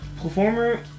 performer